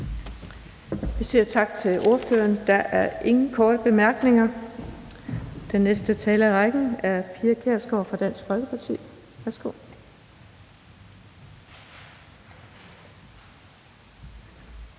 Vi siger tak til ordføreren. Der er ingen korte bemærkninger. Den næste taler i rækken er Pia Kjærsgaard fra Dansk Folkeparti. Værsgo.